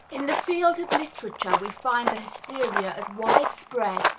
in the field of literature we find a hysteria as widespread,